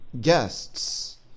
guests